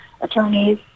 attorneys